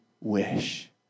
wish